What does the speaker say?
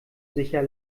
sicher